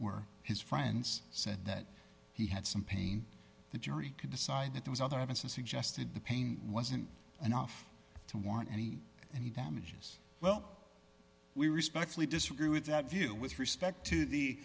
were his friends said that he had some pain the jury could decide that was other evanson suggested the pain wasn't enough to want any and he damages well we respectfully disagree with that view with respect to the